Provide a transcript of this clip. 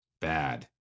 Bad